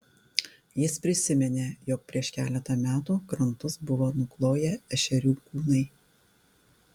jis prisiminė jog prieš keletą metų krantus buvo nukloję ešerių kūnai